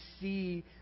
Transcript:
see